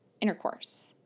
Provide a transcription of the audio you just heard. intercourse